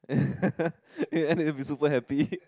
ya then he'll be super happy